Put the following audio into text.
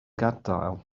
gadael